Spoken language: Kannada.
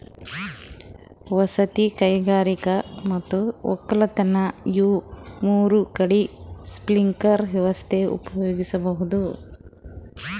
ವಸತಿ ಕೈಗಾರಿಕಾ ಮತ್ ವಕ್ಕಲತನ್ ಇವ್ ಮೂರ್ ಕಡಿ ಸ್ಪ್ರಿಂಕ್ಲರ್ ವ್ಯವಸ್ಥೆ ಉಪಯೋಗಿಸ್ಬಹುದ್